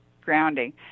grounding